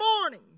morning